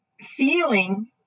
feeling